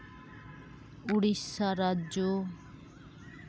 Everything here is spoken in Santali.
ᱳᱰᱤᱥᱟ ᱨᱟᱡᱽᱡᱚ